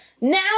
now